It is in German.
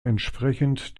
entsprechend